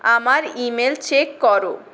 আমার email check করো